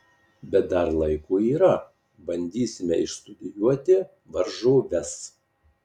bet dar laiko yra bandysime išstudijuoti varžoves